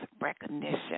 recognition